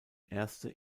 erste